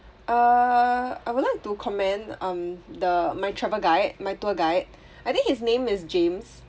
uh I would like to comment um the my travel guide my tour guide I think his name is james